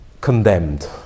condemned